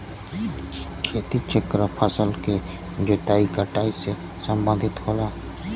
खेती चक्र फसल के जोताई कटाई से सम्बंधित होला